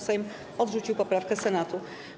Sejm odrzucił poprawkę Senatu.